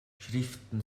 schriften